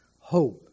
hope